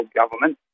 government